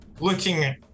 Looking